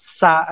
sa